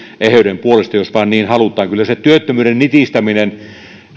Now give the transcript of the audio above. eheyden puolesta jos vain niin halutaan kyllä se työttömyyden nitistäminen